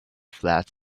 flat